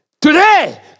Today